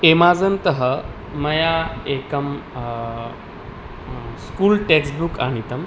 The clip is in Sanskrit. एमाज़न्तः मया एकम् स्कूल् टेक्स्बुक् आनीतम्